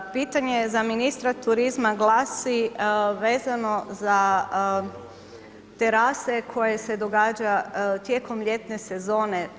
Pitanje za ministra turizma glasi, vezano za terase koje se događa tijekom ljetne sezone.